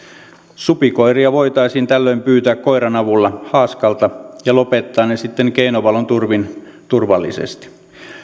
supikoiria voitaisiin tällöin pyytää koiran avulla haaskalta ja lopettaa ne sitten keinovalon turvin turvallisesti